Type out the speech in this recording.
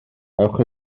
ewch